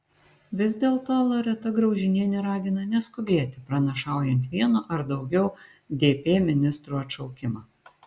vis dėlto loreta graužinienė ragina neskubėti pranašaujant vieno ar daugiau dp ministrų atšaukimą